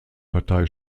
partei